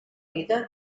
vida